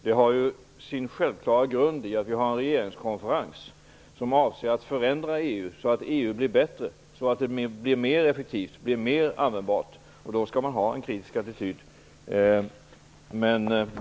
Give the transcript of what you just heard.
Det har sin självklara grund i att vi har en regeringskonferens som avser att förändra EU så att EU blir bättre och mer effektivt och användbart. Man skall då ha en kritisk attityd.